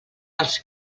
els